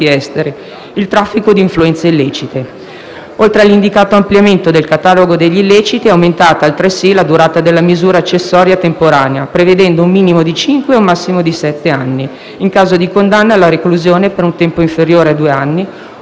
esteri; il traffico di influenze illecite. Oltre all'indicato ampliamento del catalogo degli illeciti, è aumentata altresì la durata della misura accessoria temporanea, prevedendo un minimo di cinque e un massimo di sette anni in caso di condanna alla reclusione per un tempo inferiore a due anni,